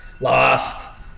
lost